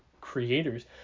creators